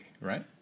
right